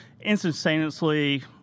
instantaneously